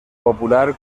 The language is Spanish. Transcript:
popular